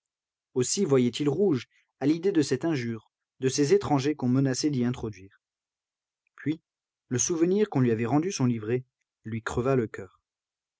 aussi voyait-il rouge à l'idée de cette injure de ces étrangers qu'on menaçait d'y introduire puis le souvenir qu'on lui avait rendu son livret lui creva le coeur